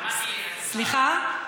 סליחה?